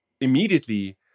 immediately